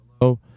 Hello